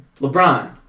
LeBron